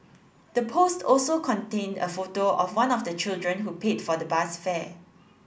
the post also contained a photo of one of the children who paid for the bus fare